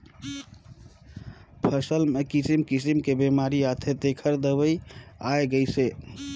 फसल मे किसिम किसिम के बेमारी आथे तेखर दवई आये गईस हे